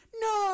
No